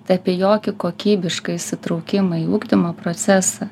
tai apie jokį kokybišką įsitraukimą į ugdymo procesą